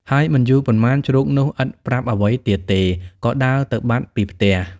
ហើយមិនយូរប៉ុន្មាន ជ្រូកនោះឥតប្រាប់អ្វីទៀតទេ ក៏ដើរទៅបាត់ពីផ្ទះ។